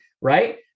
right